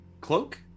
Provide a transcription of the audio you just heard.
cloak